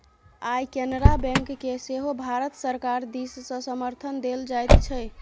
आय केनरा बैंककेँ सेहो भारत सरकार दिससँ समर्थन देल जाइत छै